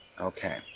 Okay